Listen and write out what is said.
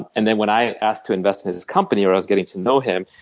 and then when i asked to invest in his company or i was getting to know him,